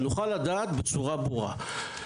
שנוכל לדעת בצורה ברורה.